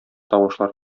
тавышлар